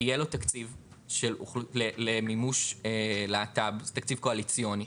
שיהיה לו תקציב למימוש להט"ב תקציב קואליציוני